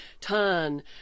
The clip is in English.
turn